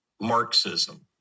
Marxism